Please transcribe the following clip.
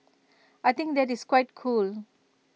I think that is quite cool